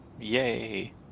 Yay